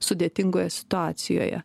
sudėtingoje situacijoje